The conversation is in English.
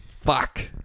Fuck